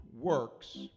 works